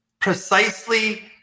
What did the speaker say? precisely